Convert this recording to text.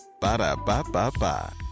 Ba-da-ba-ba-ba